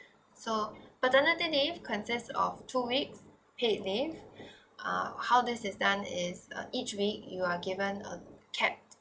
so paternity leave consists of two weeks paid leave uh how this is done is uh each week you are given a capped